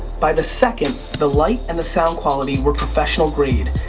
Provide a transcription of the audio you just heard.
by the second the light and the sound quality were professional grade,